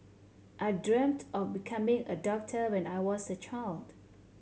I dreamt of becoming a doctor when I was a child